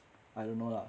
I don't know lah